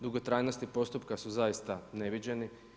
Dugotrajnosti postupka su zaista neviđeni.